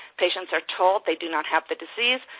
patients are told they do not have the disease,